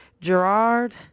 Gerard